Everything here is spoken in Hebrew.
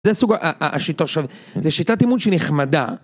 זה סוג השיטה, זה שיטת אימון שנחמדה.